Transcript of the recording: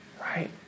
right